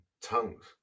tongues